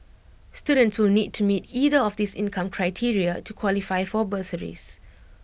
students will need to meet either of these income criteria to qualify for bursaries